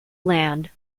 land